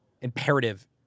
imperative